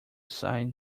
sign